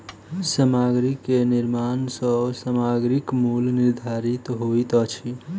सामग्री के निर्माण सॅ सामग्रीक मूल्य निर्धारित होइत अछि